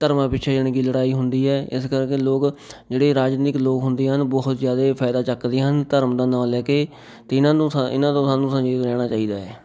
ਧਰਮਾਂ ਪਿੱਛੇ ਯਾਨੀ ਕਿ ਲੜਾਈ ਹੁੰਦੀ ਹੈ ਇਸ ਕਰਕੇ ਲੋਕ ਜਿਹੜੇ ਰਾਜਨੀਤਿਕ ਲੋਕ ਹੁੰਦੇ ਹਨ ਬਹੁਤ ਜ਼ਿਆਦੇ ਫਾਇਦਾ ਚੱਕਦੇ ਹਨ ਧਰਮ ਦਾ ਨਾਂ ਲੈ ਕੇ ਅਤੇ ਇਹਨਾਂ ਨੂੰ ਸਾ ਇਹਨਾਂ ਤੋਂ ਸਾਨੂੰ ਸੰਚੇਤ ਰਹਿਣਾ ਚਾਹੀਦਾ ਹੈ